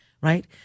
right